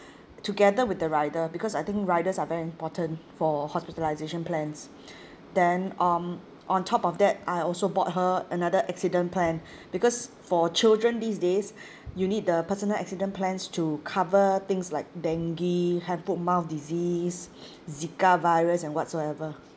together with the rider because I think riders are very important for hospitalisation plans then um on top of that I also bought her another accident plan because for children these days you need the personal accident plans to cover things like dengue hand foot mouth disease zika virus and whatsoever